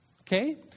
Okay